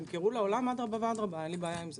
שימכרו לעולם, אדרבה ואדרבה, אין לי בעיה עם זה.